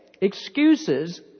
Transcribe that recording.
Excuses